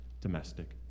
domestic